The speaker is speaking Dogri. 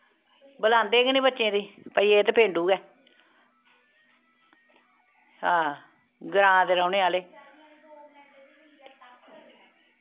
बलांदे गै निं बच्चें गी भाई एह् ते पेंडू ऐ हां ग्रांऽ दे रौह्ने आह्ले